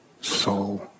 soul